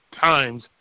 times